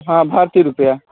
हँ भारतीय रुपैआ